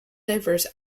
diverse